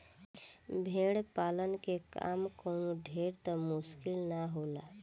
भेड़ पालन के काम कवनो ढेर त मुश्किल ना होला